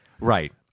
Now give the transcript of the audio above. Right